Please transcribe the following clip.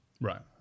Right